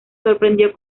sorprendido